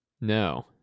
no